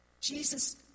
Jesus